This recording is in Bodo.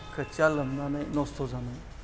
खोथिया लोमनानै नस्थ' जानाय